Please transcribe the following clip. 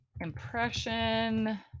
impression